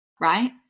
right